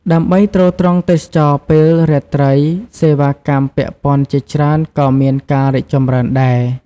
ដើម្បីទ្រទ្រង់ទេសចរណ៍ពេលរាត្រី សេវាកម្មពាក់ព័ន្ធជាច្រើនក៏មានការរីកចម្រើនដែរ។